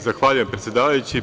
Zahvaljujem, predsedavajući.